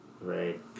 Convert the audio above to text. right